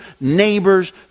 neighbors